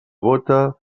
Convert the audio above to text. gota